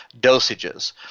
dosages